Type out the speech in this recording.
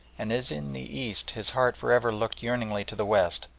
and as in the east his heart for ever looked yearningly to the west,